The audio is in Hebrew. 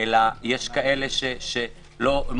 אלא יש כאלה שמגיעים